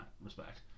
respect